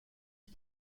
are